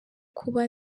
kuba